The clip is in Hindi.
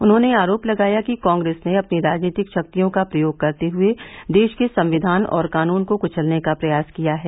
उन्होंने आरोप लगाया कि कांग्रेस ने अपनी राजनीतिक शक्तियों का प्रयोग करते हुए देश के संविधान और कानून को कुचलने का प्रयास किया है